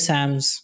Sams